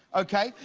okay.